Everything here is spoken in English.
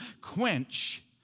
Quench